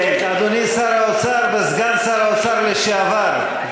אדוני שר האוצר וסגן שר האוצר לשעבר,